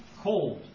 Cold